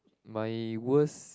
my worst